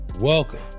welcome